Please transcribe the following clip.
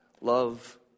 Love